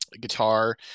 guitar